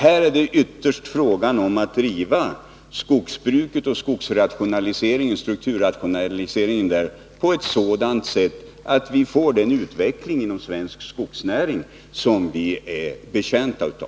Här är det ytterst fråga om att driva skogsbruket och dess strukturrationalisering på ett sådant sätt att vi får en ur samhällsekonomisk synpunkt riktig utveckling inom svensk skogsnäring.